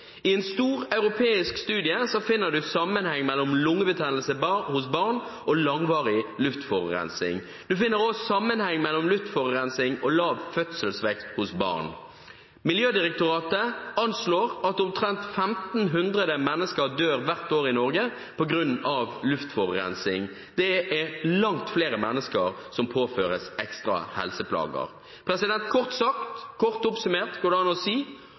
I en stor europeisk studie finner en sammenheng mellom lungebetennelse hos barn og langvarig luftforurensning. En finner også sammenheng mellom luftforurensning og lav fødselsvekt hos barn. Miljødirektoratet anslår at omtrent 1 500 mennesker dør hvert år i Norge på grunn av luftforurensning. Det er langt flere mennesker som påføres ekstra helseplager. Kort oppsummert går det an å si: